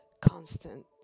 constant